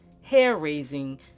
hair-raising